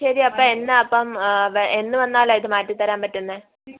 ശരിയപ്പം എന്നാൽ അപ്പം എന്ന് വന്നാലാണ് ഇത് മാറ്റിത്തരാൻ പറ്റുന്നത്